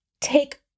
take